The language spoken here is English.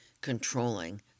controlling